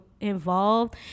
involved